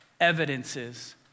Evidences